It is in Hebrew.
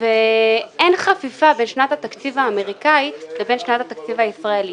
ואין חפיפה בין שנת התקציב האמריקנית לבין שנת התקציב הישראלית.